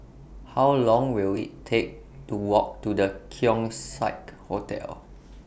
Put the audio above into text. How Long Will IT Take to Walk to The Keong Saik Hotel